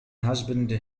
husband